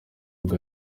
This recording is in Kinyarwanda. wowe